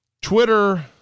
Twitter